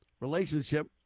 relationship